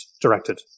directed